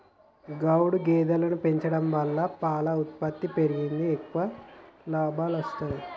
గౌడు గేదెలను పెంచడం వలన పాల ఉత్పత్తి పెరిగి ఎక్కువ లాభాలొస్తాయి